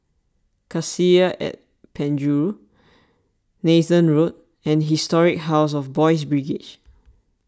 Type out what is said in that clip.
Cassia at Penjuru Nathan Road and Historic House of Boys' Brigade